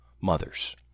mothers